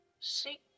Seek